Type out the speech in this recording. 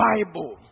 Bible